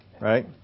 Right